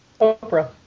Oprah